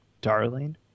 Darling